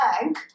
bank